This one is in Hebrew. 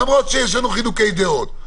למרות שיש בינינו חילוקי דעות.